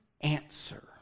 answer